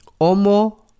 Omo